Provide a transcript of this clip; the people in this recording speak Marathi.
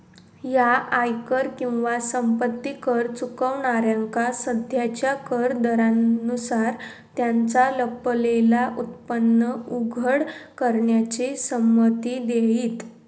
ह्या आयकर किंवा संपत्ती कर चुकवणाऱ्यांका सध्याच्या कर दरांनुसार त्यांचा लपलेला उत्पन्न उघड करण्याची संमती देईत